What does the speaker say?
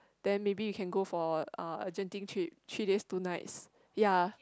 then maybe we can go for uh a Genting trip three days two nights ya